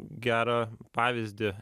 gerą pavyzdį